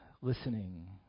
Listening